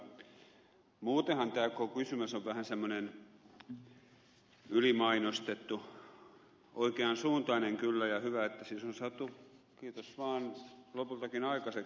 muutenhan tämä koko kysymys on vähän semmoinen ylimainostettu oikeansuuntainen kyllä ja hyvä että siis on saatu kiitos vaan lopultakin aikaiseksi